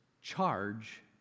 charge